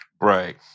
Right